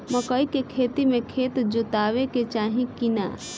मकई के खेती मे खेत जोतावे के चाही किना?